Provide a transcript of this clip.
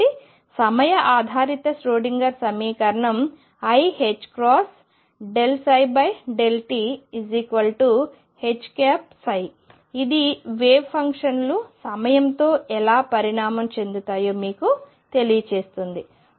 కాబట్టి సమయ ఆధారిత ష్రోడింగర్ సమీకరణం iℏ∂ψ∂tH ఇది వేవ్ ఫంక్షన్లు సమయంతో ఎలా పరిణామం చెందుతాయో మీకు తెలియజేస్తుంది